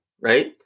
right